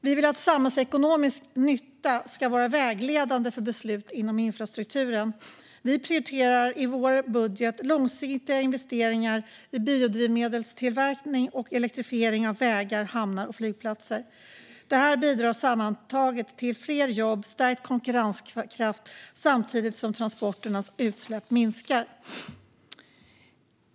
Vi vill att samhällsekonomisk nytta ska vara vägledande för beslut inom infrastrukturen. I vår budget prioriterar vi därför långsiktiga investeringar i biodrivmedelstillverkning och elektrifiering av vägar, hamnar och flygplatser. Detta bidrar sammantaget till fler jobb och stärkt konkurrenskraft samtidigt som transporternas utsläpp minskar.